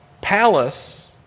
palace